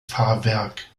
fahrwerk